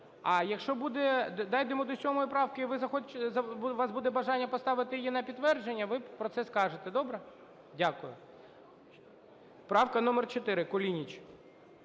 а якщо дійдемо до 7 правки і у вас буде бажання поставити на підтвердження, ви про це скажете. Добре? Дякую. Правка номер 4, Кулініч.